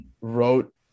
wrote